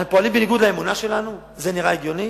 אנחנו פועלים בניגוד לאמונה שלנו, זה נראה הגיוני?